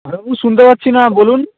হ্যাঁ বাবু শুনতে পাচ্ছি না বলুন